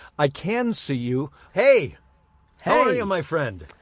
i can see you. hey how are you my friend?